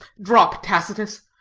drop tacitus.